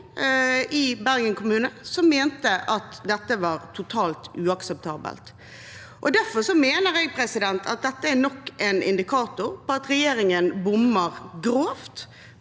i Bergen kommune, som mente at dette var totalt uakseptabelt. Derfor mener jeg at dette er nok en indikator på at regjeringen bommer grovt